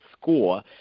score